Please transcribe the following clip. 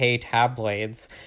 tabloids